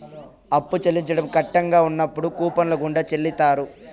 అప్పు చెల్లించడం కట్టంగా ఉన్నప్పుడు కూపన్ల గుండా చెల్లిత్తారు